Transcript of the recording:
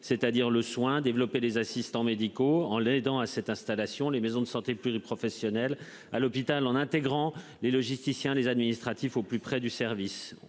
c'est-à-dire le soin développer des assistants médicaux en l'aidant à cette installation. Les maisons de santé pluri-professionnelles à l'hôpital en intégrant les logisticiens des administratifs au plus près du service,